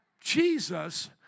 Jesus